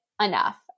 enough